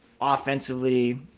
offensively